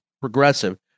progressive